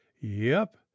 Yep